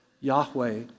Yahweh